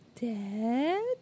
Dead